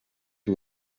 y’u